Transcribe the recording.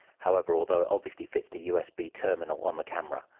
however, although it obviously fits the usb terminal on the camera,